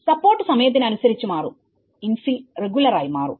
support സമയത്തിന് അനുസരിച്ചു മാറുംഇൻഫിൽ റെഗുലർ ആയി മാറും